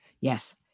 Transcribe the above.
Yes